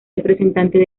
representantes